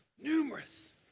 numerous